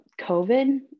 COVID